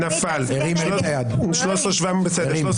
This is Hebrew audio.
הצבעה לא אושרה נפל.